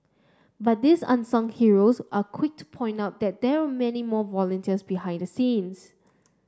but these unsung heroes were quick to point out that there were many more volunteers behind the scenes